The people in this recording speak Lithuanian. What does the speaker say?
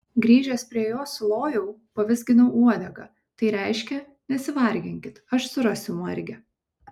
grįžęs prie jo sulojau pavizginau uodegą tai reiškė nesivarginkit aš surasiu margę